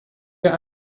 wir